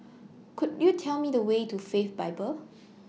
Could YOU Tell Me The Way to Faith Bible